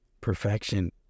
perfection